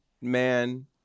man